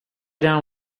down